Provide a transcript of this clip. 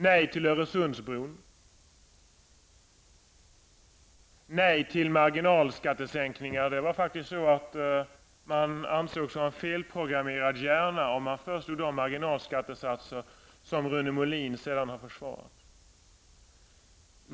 Ni sade nej till Det var faktiskt så att man ansågs ha en felprogrammerad hjärna om man föreslog de marginalskattesatser som Rune Molin sedan har försvarat.